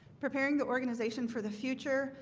preparing the organization for the future.